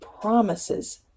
promises